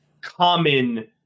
common